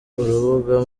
urubuga